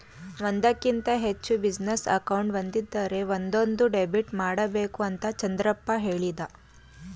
ಒಂದಕ್ಕಿಂತ ಹೆಚ್ಚು business account ಒಂದಿದ್ದರೆ ಒಂದೊಂದು ಡೆಬಿಟ್ ಮಾಡಬೇಕು ಅಂತ ಚಂದ್ರಪ್ಪ ಹೇಳಿದ